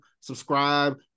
subscribe